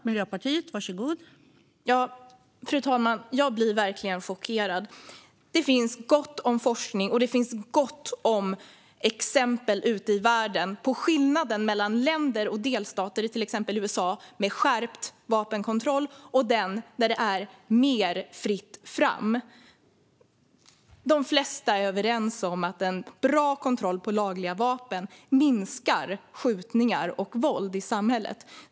Fru talman! Jag blir verkligen chockerad. Det finns gott om forskning och gott om exempel ute i världen på skillnaden mellan länder och delstater i till exempel USA med skärpt vapenkontroll och sådana där det är mer fritt fram. De flesta är överens om att en bra kontroll över lagliga vapen minskar våld och antalet skjutningar i samhället.